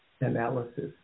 analysis